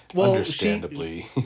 understandably